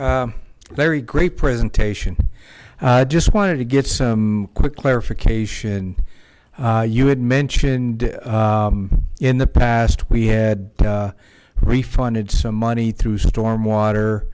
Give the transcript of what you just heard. mayor very great presentation i just wanted to get some quick clarification you had mentioned in the past we had refunded some money through stormwater